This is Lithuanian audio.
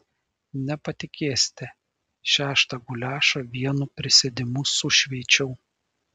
nepatikėsite šeštą guliašą vienu prisėdimu sušveičiau